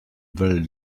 very